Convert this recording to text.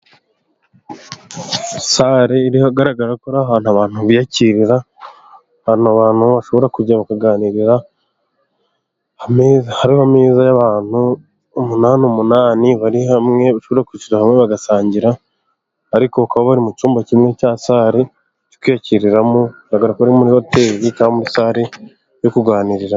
Sale iri ahagaragara ko ari ahantu abantu biyakirira, ahantu abantu bashobora kujya bakaganira, hariho ameza y'abantu umunani umunani, bari hamwe bashobora kwicara hamwe bagasangira, ariko kuba bari mu cyumba kimwe cya sale cyo kwiyakiriramo, biragaragara ko ari muri hoteli cyangwa muri sale yo kuganiriramo.